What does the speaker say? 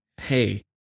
Hey